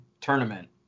tournament